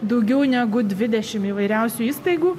daugiau negu dvidešim įvairiausių įstaigų